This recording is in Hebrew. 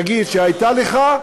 להגיד שהייתה לך,